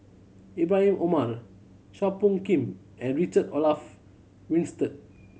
Ibrahim Omar Chua Phung Kim and Richard Olaf Winstedt